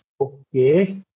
Okay